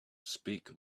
speak